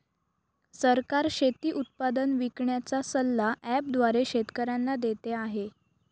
सरकार शेती उत्पादन विकण्याचा सल्ला ॲप द्वारे शेतकऱ्यांना देते आहे